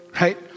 right